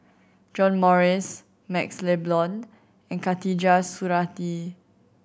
John Morrice MaxLe Blond and Khatijah Surattee